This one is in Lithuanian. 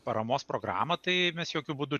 paramos programą tai mes jokiu būdu